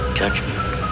judgment